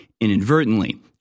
inadvertently